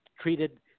treated